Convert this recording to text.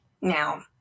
Now